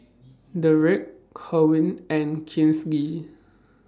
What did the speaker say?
Derrek Kerwin and Kinsley